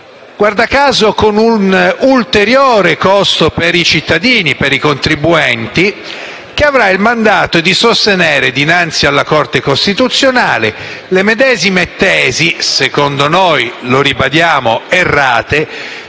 guarda caso con un ulteriore costo per i contribuenti, che avrà il mandato di sostenere dinanzi alla Corte costituzionale le medesime tesi, secondo noi - lo ribadiamo - errate,